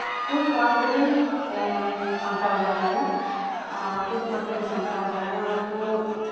ᱯᱩᱥ ᱢᱟᱜᱽ ᱛᱮᱞᱮ ᱥᱟᱱᱢᱴᱟᱣ ᱡᱟᱣᱨᱟᱭᱟ ᱯᱩᱥ ᱢᱟᱜᱽ ᱛᱮᱞᱮ ᱥᱟᱢᱴᱟᱣ ᱡᱟᱣᱨᱟᱭᱟ ᱚᱱᱟ ᱫᱚ